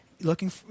looking